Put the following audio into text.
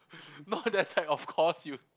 no that's like of course you